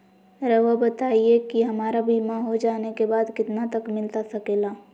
रहुआ बताइए कि हमारा बीमा हो जाने के बाद कितना तक मिलता सके ला?